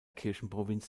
kirchenprovinz